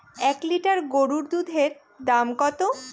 এক লিটার গরুর দুধের দাম কত?